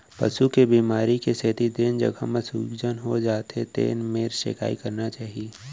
पसू के बेमारी के सेती जेन जघा म सूजन हो जाथे तेन मेर सेंकाई करना चाही